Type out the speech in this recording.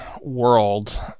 world